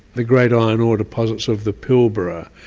the great iron ore deposits of the pilbara,